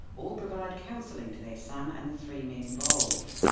or provide counselling to their son and the three men involved.